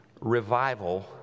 revival